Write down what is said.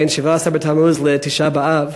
בין שבעה-עשר בתמוז לתשעה באב,